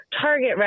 Target